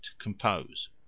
Compose